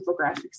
infographics